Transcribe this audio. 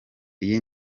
iyi